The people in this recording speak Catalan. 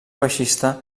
baixista